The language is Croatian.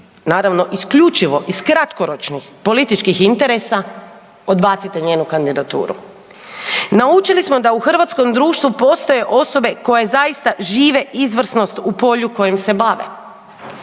naravno isključivo iz kratkoročnih političkih interesa odbacite njenu kandidaturu. Naučili smo da u hrvatskom društvu postoje osobe koje zaista žive izvrsnost u polju kojim se bave,